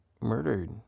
murdered